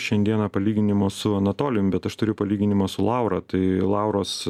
šiandieną palyginimo su anatolijum bet aš turiu palyginimą su laura tai lauros